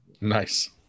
nice